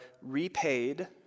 repaid